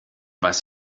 weiß